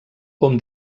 hom